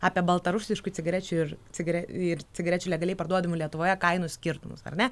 apie baltarusiškų cigarečių ir ciga ir cigarečių legaliai parduodamų lietuvoje kainų skirtumus ar ne